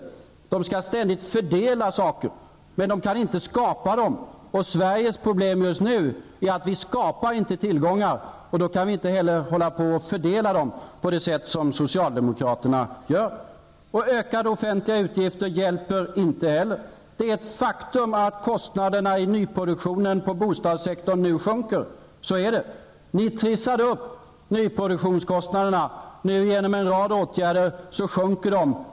Socialdemokraterna skall ständigt fördela saker, men de kan inte skapa dem. Och Sveriges problem just nu är att vi inte skapar tillgångar. Då kan vi inte heller fördela dem på det sätt som socialdemokraterna gör. Ökade offentliga utgifter hjälper inte heller. Det är ett faktum att kostnaderna i nyproduktionen på bostadssektorn nu sjunker. Ni trissade upp nyproduktionskostnaderna. Nu sjunker de, på grund av en rad åtgärder.